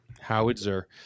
Howitzer